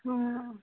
हँ